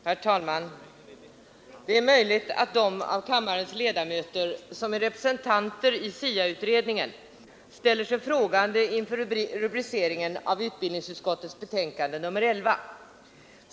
Herr talman! Det är möjligt att de av kammarens ledamöter som är representanter i SIA-utredningen ställer sig frågande inför rubriceringen av utbildningsutskottets betänkande nr 11.